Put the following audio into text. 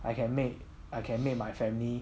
I can make I can make my family